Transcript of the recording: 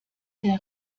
der